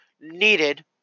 needed